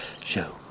show